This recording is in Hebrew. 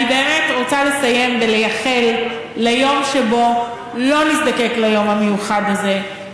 אני רוצה לסיים בלייחל ליום שבו לא נזדקק ליום המיוחד הזה,